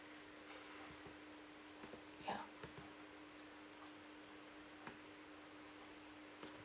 ya